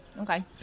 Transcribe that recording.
Okay